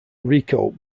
rico